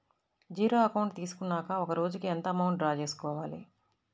Zero account తీసుకున్నాక ఒక రోజుకి ఎంత అమౌంట్ డ్రా చేసుకోవాలి?